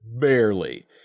Barely